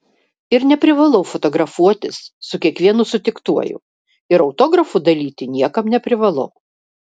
ir neprivalau fotografuotis su kiekvienu sutiktuoju ir autografų dalyti niekam neprivalau